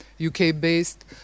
UK-based